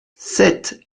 sept